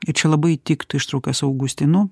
ir čia labai tiktų ištrauka su augustinu